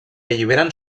alliberen